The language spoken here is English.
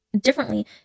differently